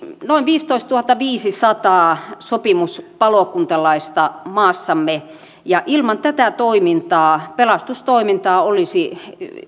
noin viisitoistatuhattaviisisataa sopimuspalokuntalaista maassamme ja ilman tätä toimintaa pelastustoimintaa olisi